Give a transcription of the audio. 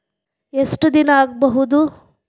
ಎಷ್ಟು ದಿನ ಆಗ್ಬಹುದು?